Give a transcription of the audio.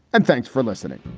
and thanks for listening